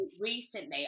recently